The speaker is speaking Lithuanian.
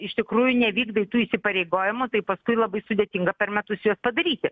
iš tikrųjų nevykdai tų įsipareigojimų tai paskui labai sudėtinga per metus juos padaryti